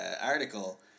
article